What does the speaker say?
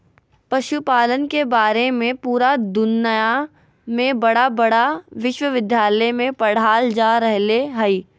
पशुपालन के बारे में पुरा दुनया में बड़ा बड़ा विश्विद्यालय में पढ़ाल जा रहले हइ